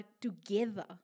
together